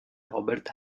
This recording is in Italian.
robert